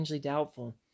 doubtful